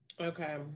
Okay